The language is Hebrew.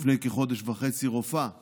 לפני כחודש וחצי רופאה